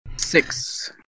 Six